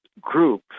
group